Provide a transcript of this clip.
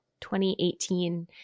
2018